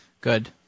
Good